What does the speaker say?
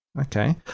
Okay